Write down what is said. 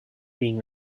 being